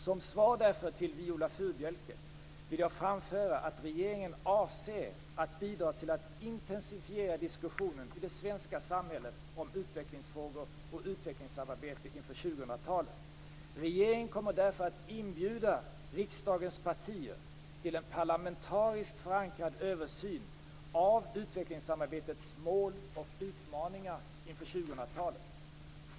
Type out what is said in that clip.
Som svar till Viola Furubjelke vill jag därför framföra att regeringen avser att bidra till att intensifiera diskussionen i det svenska samhället om utvecklingsfrågor och utvecklingssamarbetet inför 2000-talet. Regeringen kommer därför att inbjuda riksdagens partier till en parlamentariskt förankrad översyn av utvecklingssamarbetets mål och utmaningar inför 2000-talet.